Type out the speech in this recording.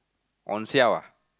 on siao ah